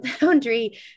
boundary